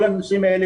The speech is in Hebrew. כל הנושאים האלה,